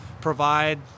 provide